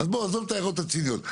עזוב את ההערות הציניות.